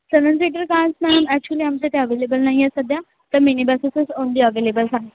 सेवन seater cars ma'am actually आमच्या इथे available नाही आहे सध्या तर मेनी बसेस ओनली अवेलेबल आहे